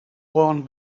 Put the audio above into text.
worn